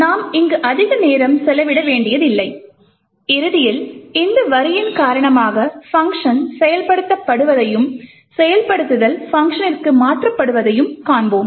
நாம் இங்கு அதிக நேரம் செலவிட வேண்டியதில்லை இறுதியில் இந்த வரியின் காரணமாக பங்க்ஷன் செயல்படுத்தப்படுவதையும் செயல்படுத்தல் பங்க்ஷனிற்கு மாற்றப்படுவதையும் காண்போம்